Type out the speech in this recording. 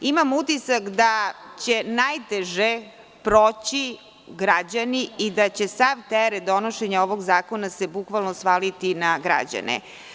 Imam utisak da će najteže proći građani i da će se sav teret donošenja ovog zakona bukvalno svaliti na građane.